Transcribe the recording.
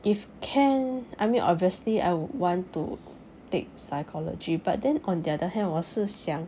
if can I mean obviously I would want to take psychology but then on the other hand 我是想